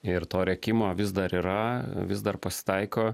ir to rėkimo vis dar yra vis dar pasitaiko